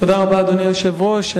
תודה רבה, אדוני היושב-ראש.